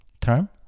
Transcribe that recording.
term